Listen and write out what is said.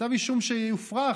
כתב אישום שיופרך,